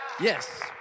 Yes